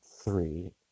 three